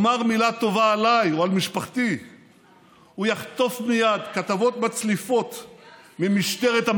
העלייה בעצם יצרה את ההתיישבות במדינת ישראל,